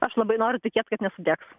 aš labai noriu tikėt kad nesudegs